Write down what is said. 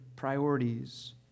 priorities